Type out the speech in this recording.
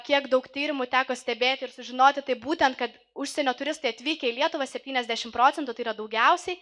kiek daug tyrimų teko stebėti ir sužinoti tai būtent kad užsienio turistai atvykę į lietuvą septyniasdešimt procentų tai yra daugiausiai